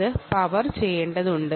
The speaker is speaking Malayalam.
ഇത് പവർ ചെയ്യേണ്ടതുണ്ട്